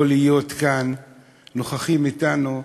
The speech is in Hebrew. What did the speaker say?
לא להיות כאן נוכחים אתנו,